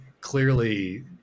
clearly